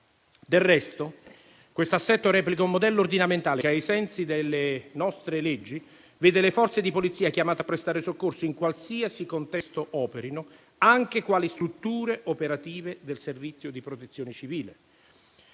Del resto, questo aspetto replica un modello ordinamentale che, ai sensi delle nostre leggi, vede le Forze di polizia chiamate a prestare soccorso in qualsiasi contesto operino, anche quali strutture operative del servizio di protezione civile.